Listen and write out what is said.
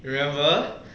you remember